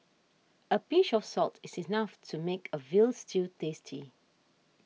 a pinch of salt is enough to make a Veal Stew tasty